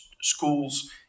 schools